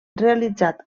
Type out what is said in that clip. realitzat